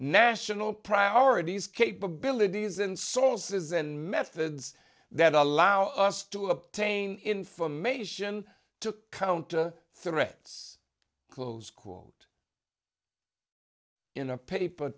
national priorities capabilities and sources and methods that allow us to obtain information to counter threats close quote in a paper